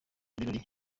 birori